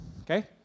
Okay